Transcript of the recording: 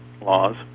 laws